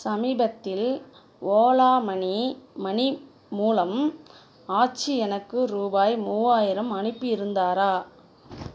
சமீபத்தில் Ola money money மூலம் ஆச்சி எனக்கு ரூபாய் மூவாயிரம் அனுப்பியிருந்தாரா